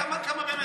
כמה מהם,